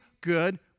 good